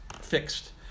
fixed